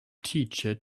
teacher